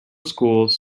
schools